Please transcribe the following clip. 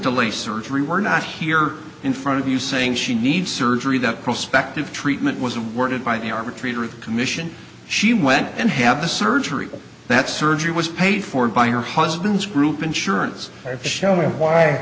a surgery we're not here in front of you saying she needs surgery that prospective treatment was worded by the arbitrator of the commission she went and have the surgery that surgery was paid for by her husband's group insurance showing why